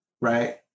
Right